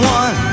one